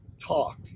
talk